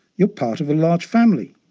you're part of a large family.